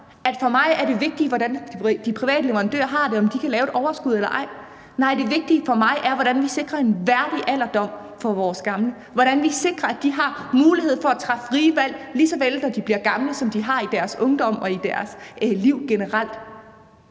plejehjem, er vigtigt, hvordan de private leverandører har det, altså om de kan lave et overskud eller ej. Nej, det vigtige for mig er, hvordan vi sikrer en værdig alderdom for vores gamle, hvordan vi sikrer, at de har mulighed for at træffe frie valg, når de bliver gamle, ligesom de har i deres ungdom og i deres liv generelt.